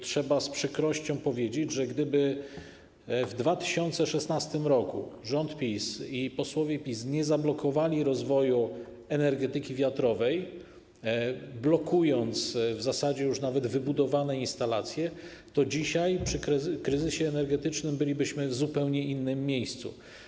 Trzeba z przykrością powiedzieć, że gdyby w 2016 r. rząd PiS i posłowie PiS nie zablokowali rozwoju energetyki wiatrowej, blokując w zasadzie już nawet wybudowane instalacje, to dzisiaj przy kryzysie energetycznym bylibyśmy w zupełnie innym miejscu.